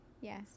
Yes